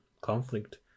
conflict